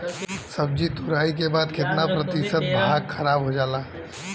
सब्जी तुराई के बाद केतना प्रतिशत भाग खराब हो जाला?